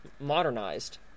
modernized